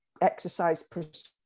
exercise